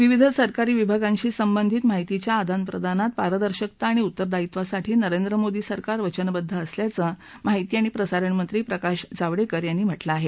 विविध सरकारी विभागांशी संबंधित माहितीच्या आदानप्रदानात पारदर्शकता आणि उत्तरदायित्वासाठी नरेंद्र मोदी सरकार वचनबद्ध असल्याचं माहिती आणि प्रसारणनंत्री प्रकाश जावडेकर यांनी म्हटलं आहे